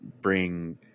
bring